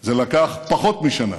זה לקח פחות משנה,